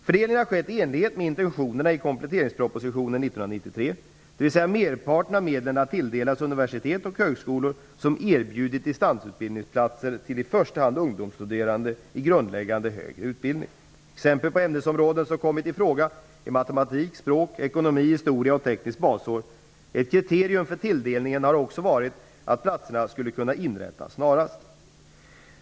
Fördelningen har skett i enlighet med intentionerna i kompletteringspropositionen 1993, dvs. merparten av medlen har tilldelats universitet och högskolor som erbjudit distansutbildningsplatser till i första hand ungdomsstuderande i grundläggande högre utbildning. Exemplen på ämnesområden som kommit i fråga är matematik, språk, ekonomi, historia och tekniskt basår. Ett kriterium för tilldelningen har också varit att platserna skulle kunna inrättas snarast.